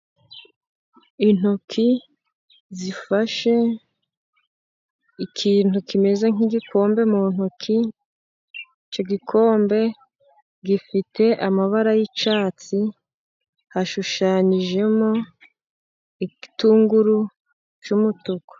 Intoki zifashe ikintu kimeze nk'igikombe mu ntoki. Icyo gikombe, gifite amabara y'icyatsi, ashushanyijemo igitunguru cy'umutuku.